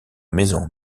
maison